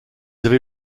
avez